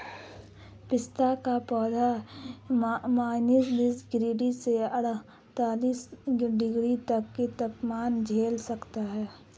पिस्ता का पौधा माइनस दस डिग्री से अड़तालीस डिग्री तक का तापमान झेल सकता है